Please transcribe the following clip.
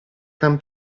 can